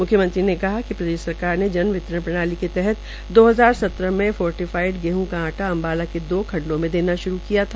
म्ख्यमंत्री ने कहा कि प्रदेश ने जन वितरण के तहत दो हजार संत्रह में फोर्टीफाईड गेहं का आटा अम्बाला के दो खंडों में देना शुरू किया था